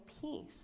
peace